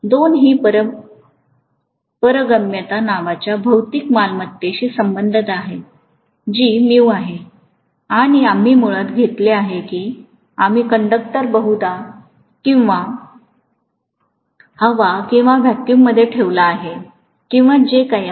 २ ही पारगम्यता नावाच्या भौतिक मालमत्तेशी संबंधित आहे जी mu आहे आणि आम्ही मुळात घेतले आहे की आम्ही कंडक्टर बहुधा हवा किंवा व्हॅक्यूममध्ये ठेवला आहे किंवा जे काही आहे